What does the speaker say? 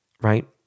Right